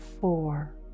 four